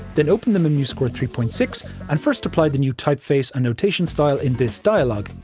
then open them in musescore three point six and first apply the new typeface and notation style in this dialogue.